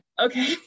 Okay